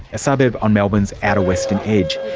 a suburb on melbourne's outer western edge.